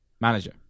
manager